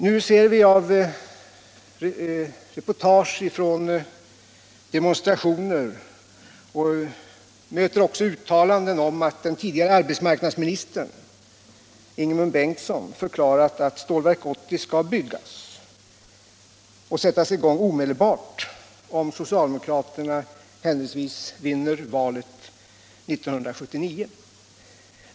Nu ser vi i reportage från demonstrationer och möter också uttalanden om att den tidigare arbetsmarknadsministern Ingemund Bengtsson har förklarat att Stålverk 80 skall byggas och sättas i gång omedelbart, om socialdemokraterna händelsevis vinner valet 1979.